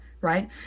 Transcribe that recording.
right